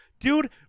Dude